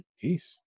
Peace